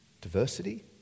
diversity